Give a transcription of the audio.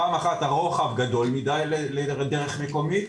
פעם אחת הרוחב גדול מידי לדרך מקומית.